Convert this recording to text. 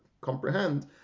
comprehend